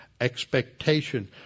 expectation